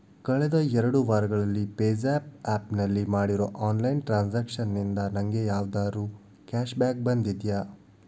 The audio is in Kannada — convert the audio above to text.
ಕಳೆದ ಎರಡು ವಾರಗಳಲ್ಲಿ ಪೇಜ್ಯಾಪ್ ಆ್ಯಪ್ನಲ್ಲಿ ಮಾಡಿರೋ ಆನ್ಲೈನ್ ಟ್ರಾನ್ಸಾಕ್ಷನ್ನಿಂದ ನನಗೆ ಯಾವ್ದಾದ್ರು ಕ್ಯಾಷ್ಬ್ಯಾಕ್ ಬಂದಿದೆಯಾ